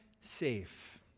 safe